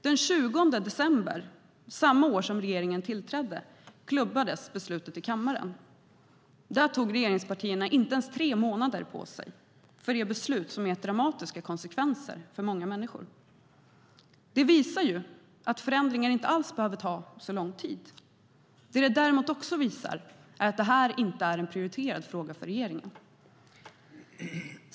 Den 20 december samma år som regeringen tillträdde klubbades beslutet i kammaren. Där tog regeringspartierna inte ens tre månader på sig för det beslut som har gett dramatiska konsekvenser för många människor. Det visar att förändringar inte alls behöver ta så lång tid. Det visar också att det här inte är en prioriterad fråga för regeringen.